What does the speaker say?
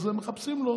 אז מחפשים לו